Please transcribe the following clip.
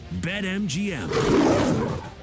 BetMGM